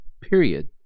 period